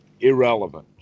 irrelevant